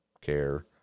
care